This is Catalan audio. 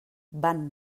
van